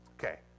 Okay